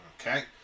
Okay